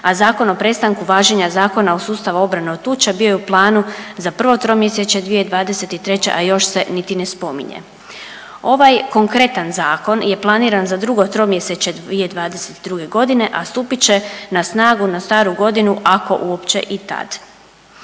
a Zakon o prestanku važenja Zakona o sustavu obrane od tuče bio je u planu za prvo tromjesečje 2023., a još se niti ne spominje. Ovaj konkretan zakon je planiran za drugo tromjesečje 2022. godine, a stupit će na snagu na staru godinu ako uopće i tad.